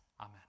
Amen